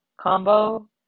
combo